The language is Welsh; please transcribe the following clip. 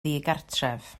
ddigartref